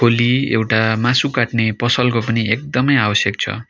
खोली एउटा मासु काट्ने पसलको पनि एकदमै आवश्यक छ